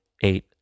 eight